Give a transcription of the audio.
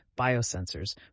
biosensors